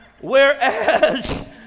Whereas